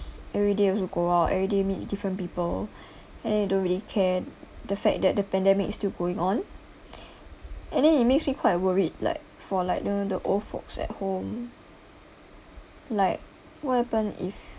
everyday also go out everyday meet different people and they don't really care the fact that the pandemic still going on ) and then it makes me quite worried like for like you know the old folks at home like what happen if